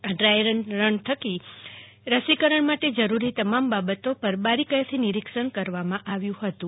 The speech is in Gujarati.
આ ડ્રાય રન થકી રસીકરણ માટે જરૂરી તમામ બાબતો પર બારીકાઈથી નીરીક્ષણ કરવામાં આવ્યું હતું